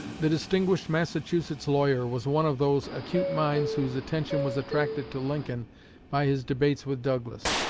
the distinguished massachusetts lawyer, was one of those acute minds whose attention was attracted to lincoln by his debates with douglas.